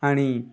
ଆଣି